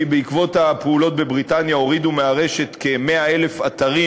ובעקבות הפעולות בבריטניה הורידו מהרשת כ-100,000 אתרים